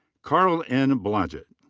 karl n. and blodgett.